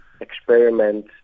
experiment